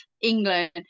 England